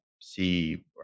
see